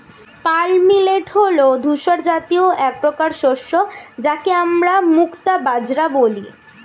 pearl millet হল ধূসর জাতীয় একপ্রকার শস্য যাকে আমরা মুক্তা বাজরা বলি